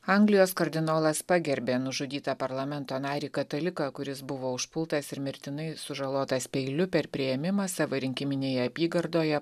anglijos kardinolas pagerbė nužudytą parlamento narį kataliką kuris buvo užpultas ir mirtinai sužalotas peiliu per priėmimą savo rinkiminėje apygardoje